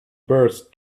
birds